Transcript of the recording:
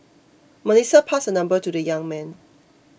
Melissa passed her number to the young man